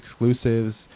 exclusives